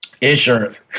Insurance